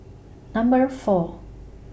Number four